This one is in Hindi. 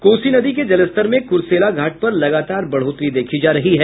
कोसी नदी के जलस्तर में कुरसेला घाट पर लगातार बढ़ोतरी देखी जा रही है